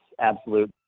absolute